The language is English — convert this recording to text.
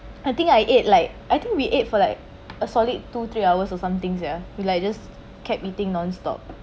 I think I ate like I think we ate for like a solid two three hours or something ya to like just kept eating nonstop